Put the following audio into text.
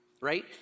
right